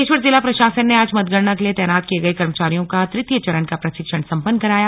बागेश्वर जिला प्रशासन ने आज मतगणना के लिए तैनात किए गए कर्मचारियों का तृतीय चरण का प्रशिक्षण संपन्न कराया